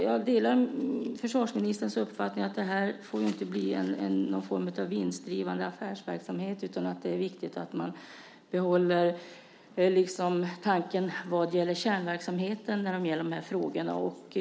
Jag delar försvarsministerns uppfattning att detta inte får bli någon form av vinstdrivande affärsverksamhet. Det är viktigt att man behåller tanken vad gäller kärnverksamheten i de här frågorna.